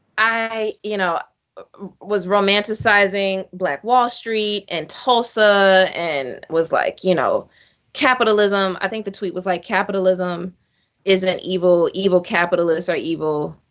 i you know was romanticizing black wall street and tulsa, and was like. you know capitalism. i think the tweet was like capitalism isn't evil. evil capitalists are evil.